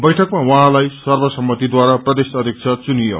वैठकमा उझँलाई सर्वसम्मतिद्वारा प्रदेश अध्यक्ष चुनियो